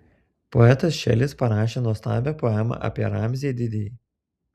poetas šelis parašė nuostabią poemą apie ramzį didįjį